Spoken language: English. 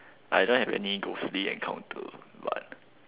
I don't have any ghostly encounter but